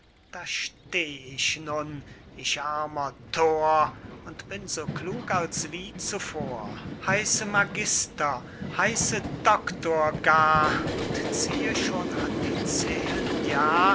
da steh ich nun ich armer thor und bin so klug als wie zuvor heiße magister heiße doctor gar und ziehe schon an die zehen jahr